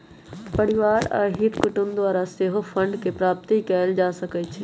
परिवार आ हित कुटूम द्वारा सेहो फंडके प्राप्ति कएल जा सकइ छइ